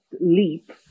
leap